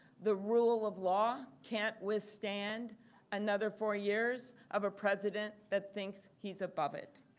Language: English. the rule of law can't withstand another four years of president that thinks he is above it.